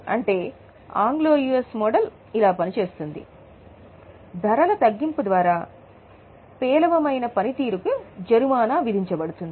అంటే Anglo US model ఇలా పనిచేస్తుంది ధరల తగ్గింపు ద్వారా పేలవమైన పనితీరు కు జరిమానా విధించబడుతుంది